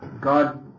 God